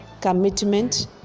commitment